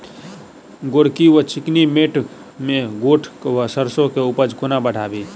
गोरकी वा चिकनी मैंट मे गोट वा सैरसो केँ उपज कोना बढ़ाबी?